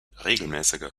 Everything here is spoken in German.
regelmäßiger